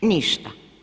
Ništa.